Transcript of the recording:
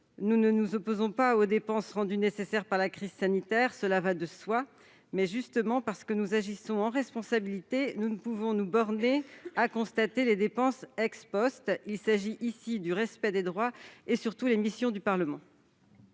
Nous ne nous opposons pas aux dépenses rendues nécessaires par la crise sanitaire, cela va de soi, mais justement, parce que nous agissons en responsabilité, nous ne pouvons nous borner à constater les dépenses. Il s'agit d'une question de respect des droits et des missions du Parlement.